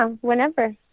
whenever